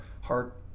heart